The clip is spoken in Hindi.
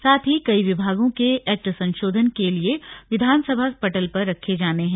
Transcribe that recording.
साथ ही कई विभागों के एक्ट संशोधन के लिए विधानसभा पटल पर रखे जाने हैं